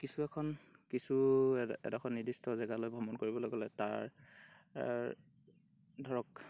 কিছু এখন কিছু এডোখৰ নিৰ্দিষ্ট জেগালৈ ভ্ৰমণ কৰিবলৈ গ'লে তাৰ ধৰক